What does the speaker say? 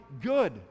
good